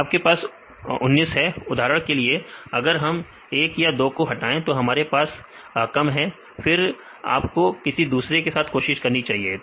फिर आपके पास 19 है उदाहरण के लिए अगर हम एक या दो को हटाए तो हमारे पास कम है फिर आपको किसी दूसरे के साथ कोशिश करनी होगी